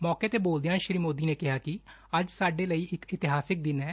ਮੌਕੇ ਤੇ ਬੋਲਦਿਆਂ ਸ੍ਰੀ ਮੌਦੀ ਨੇ ਕਿਹਾ ਕਿ ਅੱਜ ਸਾਡੇ ਲਈ ਇਤਿਹਾਸਕ ਦਿਨ ਹੈ